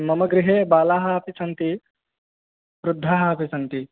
मम गृहे बालाः अपि सन्ति वृद्धाः अपि सन्ति